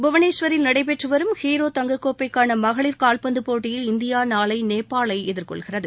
புவனேஸ்வரில் நடைபெற்று வரும் ஹீரோ தங்கக்கோப்பைக்கான மகளிர் காவ்பந்து போட்டியில் இந்தியா நாளை நேபாளை எதிர்கொள்கிறது